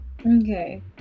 Okay